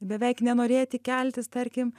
beveik nenorėti keltis tarkim